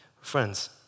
Friends